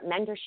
mentorship